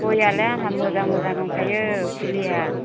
गयआयालाय आंहा मोजां मोजां दंखायो फुलिया